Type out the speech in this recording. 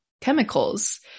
chemicals